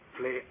play